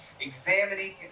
examining